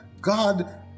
God